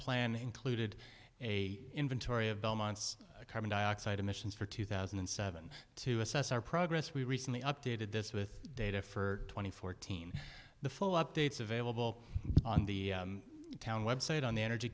plan included a inventory of belmont's carbon dioxide emissions for two thousand and seven to assess our progress we recently updated this with data for twenty fourteen the full updates available on the town website on the energy